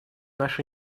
наши